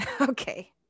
okay